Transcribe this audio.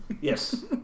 Yes